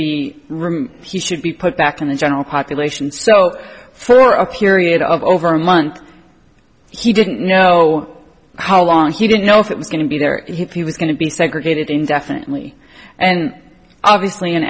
removed he should be put back in the general population so for a period of over a month he didn't know how long he didn't know if it was going to be there he was going to be segregated indefinitely and obviously